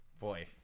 Boy